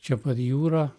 čia pat jūra